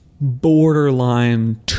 Borderline